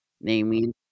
Naming